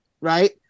Right